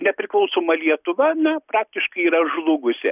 nepriklausoma lietuva na praktiškai yra žlugusi